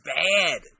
bad